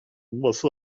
واسه